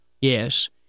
Yes